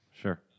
Sure